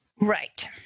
Right